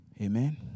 Amen